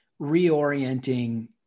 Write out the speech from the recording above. reorienting